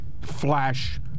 flash